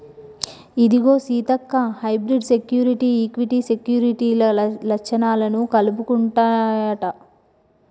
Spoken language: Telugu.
ఇదిగో సీతక్క హైబ్రిడ్ సెక్యురిటీ, ఈక్విటీ సెక్యూరిటీల లచ్చణాలను కలుపుకుంటన్నాయంట